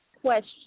Question